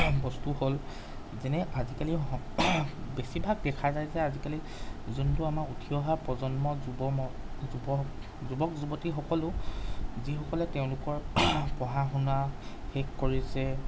বস্তু হ'ল যেনে আজিকালি বেছিভাগ দেখা যায় যে আজিকালি যোনটো আমাৰ উঠি অহা প্ৰজন্ম যুৱ যুৱক যুৱক যুৱতী সকলো যিসকলে তেওঁলোকৰ পঢ়া শুনা শেষ কৰিছে